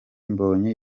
mbonyi